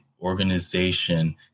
organization